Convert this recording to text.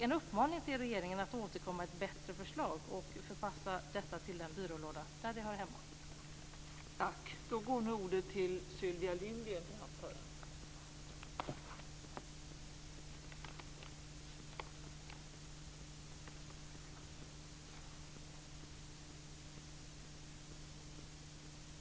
Jag uppmanar regeringen att komma med ett bättre förslag och förpassa detta till den byrålåda där det hör hemma.